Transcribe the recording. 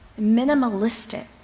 minimalistic